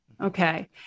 Okay